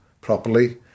properly